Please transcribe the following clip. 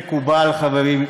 לא מקובל, חברים,